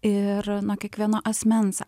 ir nuo kiekvieno asmens